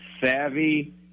savvy